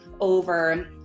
over